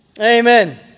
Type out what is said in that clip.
Amen